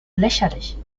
lächerlich